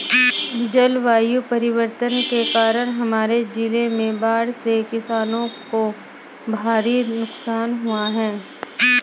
जलवायु परिवर्तन के कारण हमारे जिले में बाढ़ से किसानों को भारी नुकसान हुआ है